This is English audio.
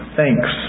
thanks